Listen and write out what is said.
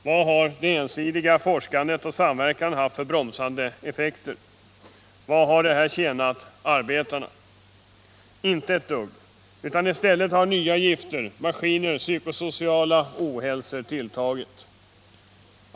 Vad har det ensidiga forskandet och denna samverkan haft för bromsande effekter? I vad mån har detta tjänat arbetarna? Inte ett dugg, utan i stället har nya gifter och maskiner tillkommit samt psykosocial ohälsa av olika slag tilltagit.